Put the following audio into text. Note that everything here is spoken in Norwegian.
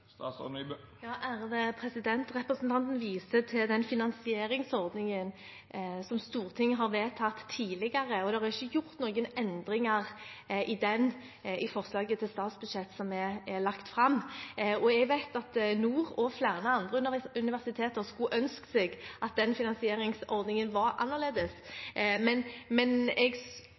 Representanten viser til finansieringsordningen som Stortinget har vedtatt tidligere, og det er ikke gjort noen endringer i den i forslaget til statsbudsjett som er lagt fram. Jeg vet at Nord universitet og flere andre universiteter skulle ønske at finansieringsordningen var annerledes, men jeg